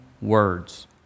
words